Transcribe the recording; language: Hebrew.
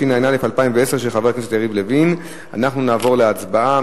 התש"ע 2010. נעבור להצבעה,